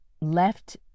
left